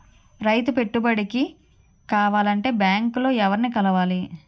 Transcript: రైతు పెట్టుబడికి కావాలంటే బ్యాంక్ లో ఎవరిని కలవాలి?